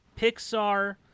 Pixar